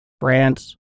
France